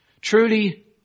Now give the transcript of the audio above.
Truly